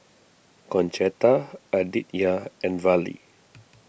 Concetta Aditya and Vallie